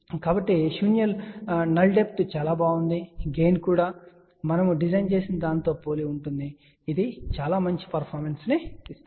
కాబట్టి శూన్య లోతు చాలా బాగుందిగెయిన్ కూడా మనము డిజైన్ చేసిన దానితో పోలి ఉంటుంది ఇది చాలా మంచి పర్ఫార్మెన్స్ ను ఇస్తుంది